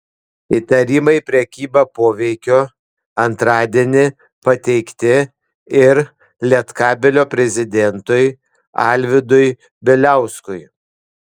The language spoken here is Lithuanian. įtarimai prekyba poveikiu antradienį pateikti ir lietkabelio prezidentui alvydui bieliauskui